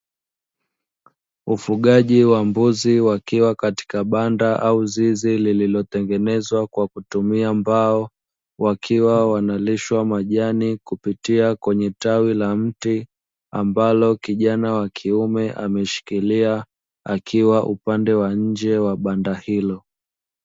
Ufugaji wa mbuzi wakiwa katika banda au zizi, lililotengenezwa kwa kutumia mbao wakiwa wanalishwa majani kupitia kwenye tawi la mti, ambalo kijana wa kiume ameshikilia akiwa upande wa nje wa banda hilo.